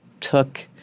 took